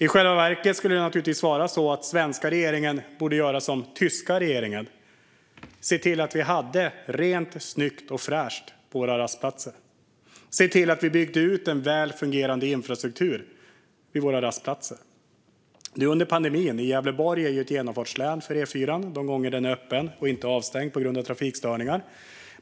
I själva verket borde naturligtvis den svenska regeringen göra som den tyska regeringen och se till att vi har rent, snyggt och fräscht på våra rastplatser och se till att vi bygger ut en väl fungerande infrastruktur vid våra rastplatser. Gävleborg är ett genomfartslän för E4:an, de gånger som den är öppen och inte avstängd på grund av trafikstörningar.